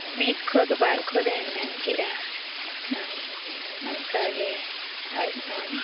ᱢᱤᱫ ᱠᱷᱚᱫ ᱵᱟᱨ ᱠᱷᱚᱫᱮ ᱢᱮᱱ ᱠᱮᱜᱼᱟ ᱠᱷᱟᱱ ᱚᱱᱠᱟᱜᱮ ᱟᱡ ᱦᱚᱸᱭ